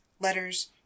letters